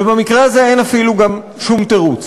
ובמקרה הזה אין אפילו גם שום תירוץ.